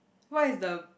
what is the